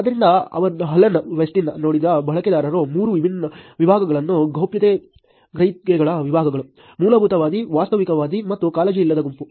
ಆದ್ದರಿಂದ Alan Westin ನೋಡಿದ ಬಳಕೆದಾರರ ಮೂರು ವಿಭಾಗಗಳು ಗೌಪ್ಯತೆ ಗ್ರಹಿಕೆಗಳ ವಿಭಾಗಗಳು ಮೂಲಭೂತವಾದಿ ವಾಸ್ತವಿಕವಾದಿ ಮತ್ತು ಕಾಳಜಿಯಿಲ್ಲದ ಗುಂಪು